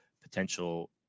potential